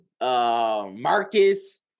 Marcus